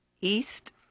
east